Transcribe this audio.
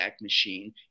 machine